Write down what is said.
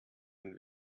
wenn